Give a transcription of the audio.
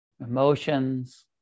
emotions